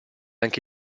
anche